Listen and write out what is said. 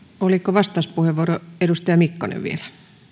vastauspuheenvuoro edustaja mikkonen vielä